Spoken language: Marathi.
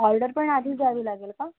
ऑर्डर पण आधीच द्यावी लागेल का